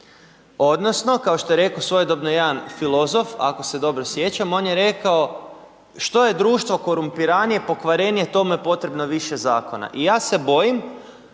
Odnosno kako što je rekao svojedobno jedan filozof ako se dobro sjećam on je rekao, što je društvo korumpiranije, pokvarenije to mu je potrebno više zakona, i ja se bojim